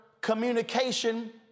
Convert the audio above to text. communication